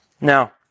Now